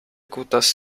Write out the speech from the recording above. kutas